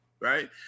Right